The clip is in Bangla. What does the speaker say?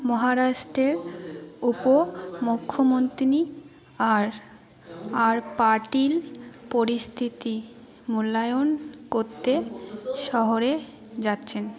মহারাষ্টের উপ মুখ্যমন্ত্রী আর আর পার্টির পরিস্থিতি মূল্যায়ন করতে শহরে যাচ্ছেন